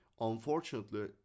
Unfortunately